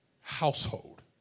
household